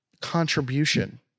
contribution